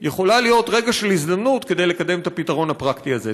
יכולה להיות רגע של הזדמנות לקדם את הפתרון הפרקטי הזה.